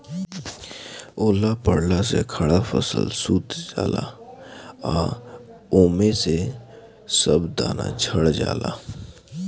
ओला पड़ला से खड़ा फसल सूत जाला आ ओमे के सब दाना झड़ जाला